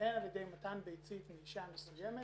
שאין על ידי מתן ביצית מאישה מסוימת